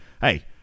hey